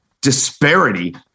disparity